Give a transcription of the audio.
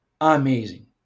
Amazing